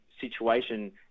situation